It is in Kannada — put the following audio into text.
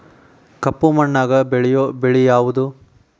ಕಪ್ಪು ಮಣ್ಣಾಗ ಬೆಳೆಯೋ ಬೆಳಿ ಯಾವುದು?